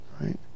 right